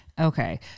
Okay